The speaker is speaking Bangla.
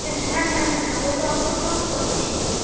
ও হ্যাঁ হ্যাঁ হ্যাঁ হ্যাঁ ও তো অংশগ্রহণও করেছিল